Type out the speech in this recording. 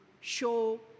show